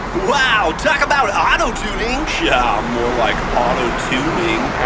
wow, talk about auto-tuning yeah, more like auto-tombing